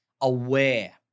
aware